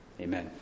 Amen